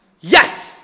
yes